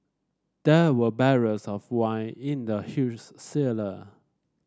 there were barrels of wine in the huge cellar